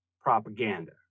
propaganda